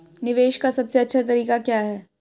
निवेश का सबसे अच्छा तरीका क्या है?